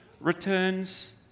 returns